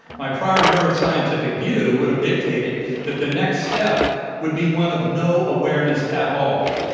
my prior neuroscientific view would've dictated that the next step would be one of no awareness at all.